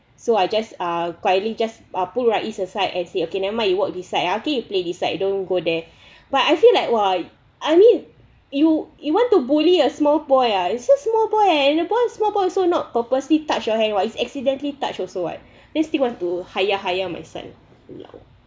so I just ah quietly just uh pull aside and say okay never mind you walk this side ah you play this side don't go there but I feel like !wah! I mean you you want to bully a small boy ah it's just small boy and a boy small boy also not purposely touch your hand was accidentally touch also what then still want to !haiya! !haiya! my son !walao!